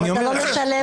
אתה לא משלם